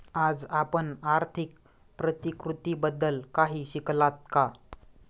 आज आपण आर्थिक प्रतिकृतीबद्दल काही शिकलात का?